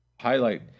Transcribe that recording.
highlight